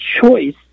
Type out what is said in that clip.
choice